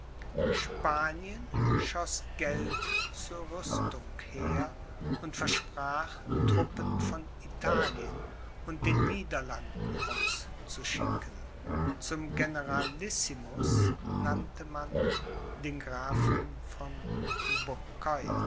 spanien schoß geld zur rüstung her und versprach truppen von italien und den niederlanden aus zu schicken zum generalissimus ernannte man den grafen von